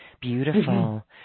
Beautiful